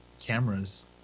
cameras